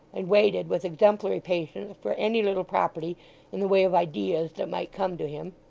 and waited with exemplary patience for any little property in the way of ideas that might come to him,